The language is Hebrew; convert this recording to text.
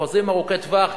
חוזים ארוכי טווח.